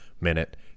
minute